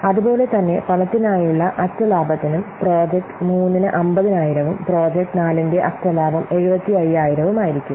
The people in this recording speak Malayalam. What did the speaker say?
അതുപോലെ തന്നെ പണത്തിനായുള്ള അറ്റ ലാഭത്തിനും പ്രോജക്റ്റ് 3 ന് 50000 ഉം പ്രോജക്റ്റ് 4 ന്റെ അറ്റ ലാഭം 75000 ഉം ആയിരിക്കും